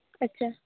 ᱟᱪᱪᱷᱟ